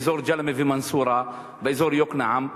באזור ג'למה ומנסורה באזור יוקנעם.